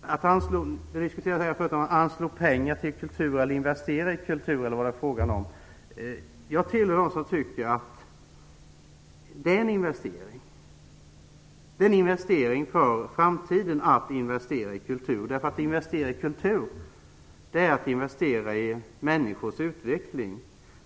Det har diskuterats om att anslå mer pengar till kulturen. Jag tillhör dem som tycker att det är en investering i framtiden att investera i kulturen. Att investera i kultur är att investera i människors utveckling.